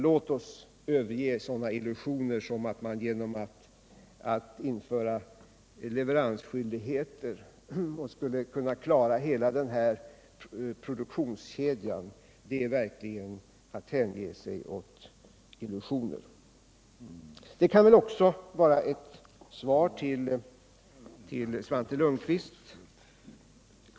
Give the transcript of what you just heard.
Låt oss överge illusioner som att man genom att införa leveransskyldigheter skulle kunna klara hela denna produktionskedja! Det kan väl också vara ett svar till Svante Lundkvist.